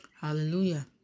Hallelujah